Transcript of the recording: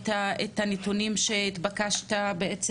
את הנתונים שנתבקשת להביא,